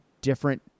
different